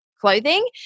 clothing